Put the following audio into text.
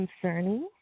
concerning